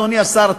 אדוני השר,